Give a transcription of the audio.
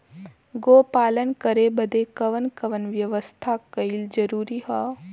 गोपालन करे बदे कवन कवन व्यवस्था कइल जरूरी ह?